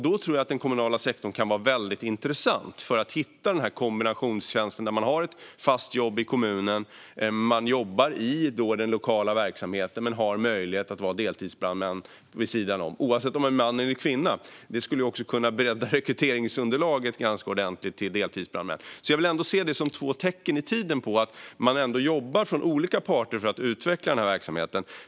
Då tror jag att den kommunala sektorn kan vara väldigt intressant för att hitta kombinationstjänsten där man har ett fast jobb i kommunen. Man jobbar i den lokala verksamheten men har möjlighet att vara deltidsbrandman vid sidan om, oavsett om det är en man eller kvinna. Det skulle också kunna bredda rekryteringsunderlaget ganska ordentligt till deltidsbrandmän. Jag vill ändå se det som två tecken i tiden på att man jobbar från olika parter för att utveckla verksamheten.